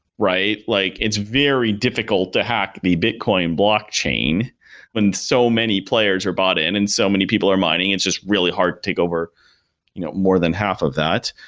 right? like it's very difficult to hack the bitcoin block chain when so many players are bought in and so many people are mining. it's just really hard to take over you know more than half of that.